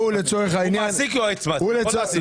הוא מעסיק יועץ מס, הוא יכול להעסיק.